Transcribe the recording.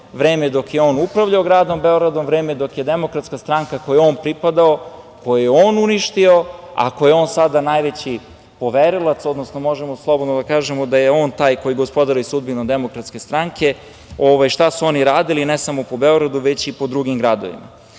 vreme dok je on upravljao gradom Beogradom u vreme dok je DS, kojoj je on pripadao, koju je on uništio, a kojoj je on sad najveći poverilac, odnosno možemo slobodno da kažemo da je on taj koji gospodari sudbinom Demokratske stanke. Šta su oni radili ne samo u Beogradu, već i po drugim gradovima?